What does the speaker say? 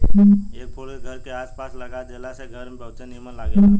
ए फूल के घर के आस पास लगा देला से घर बहुते निमन लागेला